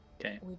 Okay